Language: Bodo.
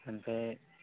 ओमफ्राय